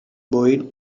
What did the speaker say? boyd